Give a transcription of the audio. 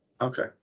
Okay